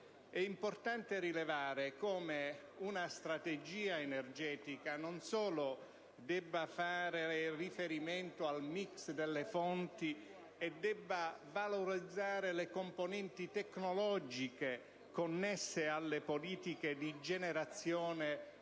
È importante rilevare come una strategia energetica non solo debba fare riferimento al *mix* delle fonti e debba valorizzare le componenti tecnologiche connesse alle politiche di generazione